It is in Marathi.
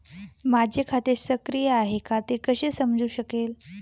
माझे खाते सक्रिय आहे का ते कसे समजू शकेल?